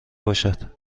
باشد